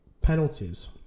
penalties